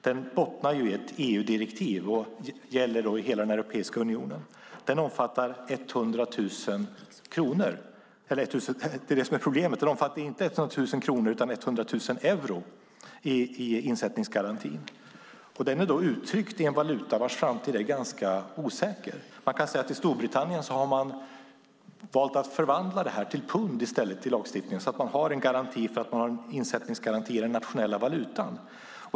Den bottnar i ett EU-direktiv och gäller i hela Europeiska unionen. Den omfattar 100 000 euro. Den är alltså uttryckt i en valuta vars framtid är ganska osäker. I Storbritannien har man valt att förvandla detta till pund i lagstiftningen så att man har en insättningsgaranti i den nationella valutan.